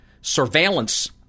surveillance